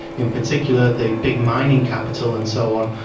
in particular the big mining capital and so on,